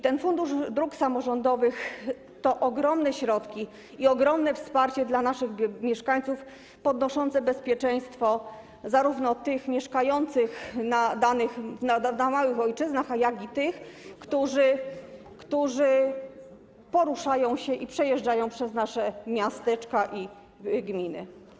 Ten Fundusz Dróg Samorządowych to ogromne środki i ogromne wsparcie dla naszych mieszkańców, zwiększające bezpieczeństwo zarówno tych mieszkających w małych ojczyznach, jak i tych, którzy poruszają się i przejeżdżają przez nasze miasteczka i gminy.